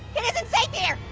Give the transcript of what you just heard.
it isn't safe here.